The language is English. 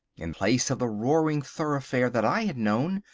in place of the roaring thoroughfare that i had known,